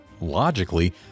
Logically